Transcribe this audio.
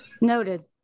Noted